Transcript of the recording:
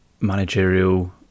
managerial